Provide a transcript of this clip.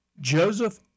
Joseph